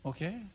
Okay